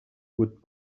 would